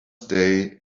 day